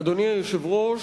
אדוני היושב-ראש,